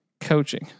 Coaching